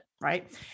right